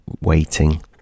waiting